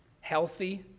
healthy